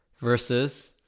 versus